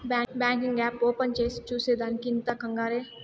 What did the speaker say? banking app open చేసి చూసే దానికి ఇంత కంగారే